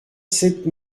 sept